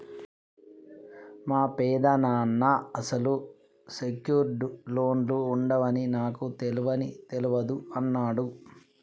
మా పెదనాన్న అసలు సెక్యూర్డ్ లోన్లు ఉండవని నాకు తెలవని తెలవదు అన్నడు